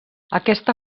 aquesta